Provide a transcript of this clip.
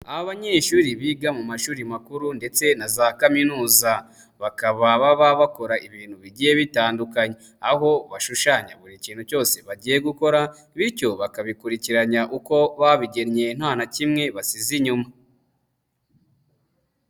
Abanyeshuri biga mu mashuri makuru ndetse na za kaminuza. Bakaba baba bakora ibintu bigiye bitandukanye, aho bashushanya buri kintu cyose bagiye gukora bityo bakabikurikiranya uko babigennye nta na kimwe basize inyuma.